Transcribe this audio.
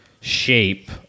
shape